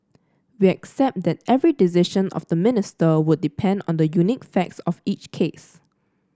we accept that every decision of the Minister would depend on the unique facts of each case